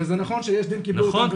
וזה נכון ש"יש דין" קיבלו --- נכון,